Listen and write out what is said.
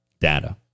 data